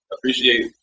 appreciate